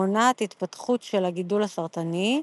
מונעת התפתחות של הגידול הסרטני,